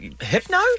hypno